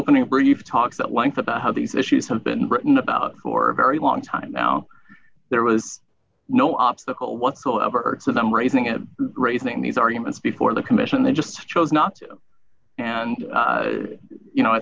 opening brief talks at length about how these issues have been written about for a very long time now there was no obstacle whatsoever for them raising it raising these arguments before the commission they just chose not to and you know i